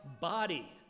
body